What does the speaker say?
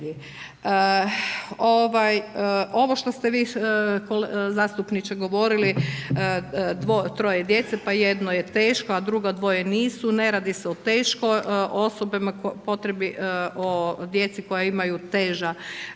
Ovo što ste vi zastupniče govorili, o troje djece, pa jedno je teško a drugo dvoje nisu. Ne radi se … /Govornica se ne razumije/ … o djeci koja imaju teža